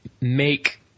make